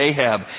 Ahab